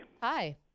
Hi